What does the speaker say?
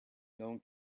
known